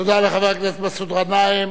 תודה לחבר הכנסת מסעוד גנאים.